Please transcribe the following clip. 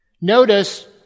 Notice